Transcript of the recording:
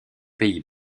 pays